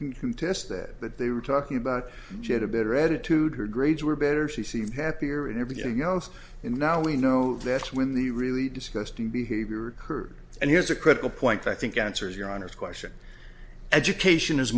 contest that but they were talking about she had a better attitude her grades were better she seemed happier and everything else and now we know that's when the really disgusting behavior occurred and here's a critical point i think answers your honour's question education is